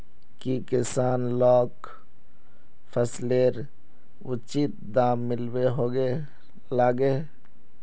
की किसान लाक फसलेर उचित दाम मिलबे लगे?